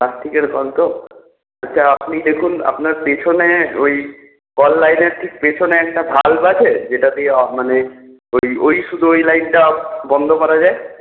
প্লাস্টিকের কল তো আচ্ছা আপনি দেখুন আপনার পেছনে ঐ কল লাইনের ঠিক পেছনে একটা ভাল্ব আছে যেটা দিয়ে মানে ওই ওই শুধু ওই লাইনটা বন্ধ করা যায়